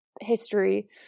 History